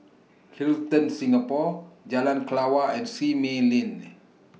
Hilton Singapore Jalan Kelawar and Simei Lane